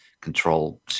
control